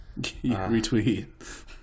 Retweet